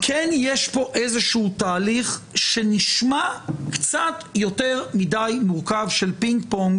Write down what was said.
כן יש פה איזשהו תהליך שנשמע קצת יותר מדי מורכב של פינג פונג.